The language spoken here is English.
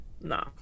Nah